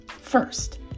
First